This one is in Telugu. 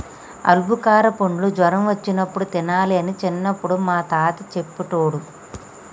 ఆల్బుకార పండ్లు జ్వరం వచ్చినప్పుడు తినాలి అని చిన్నపుడు మా తాత చెప్పేటోడు